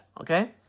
okay